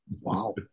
wow